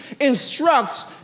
instructs